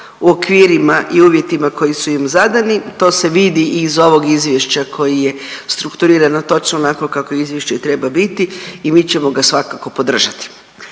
u okvirima i uvjetima koji su im zadani, to se vidi i iz ovog izvješća koje je strukturirano točno onako kako izvješće i treba biti i mi ćemo ga svakako podržati.